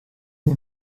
mir